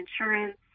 insurance